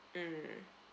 mm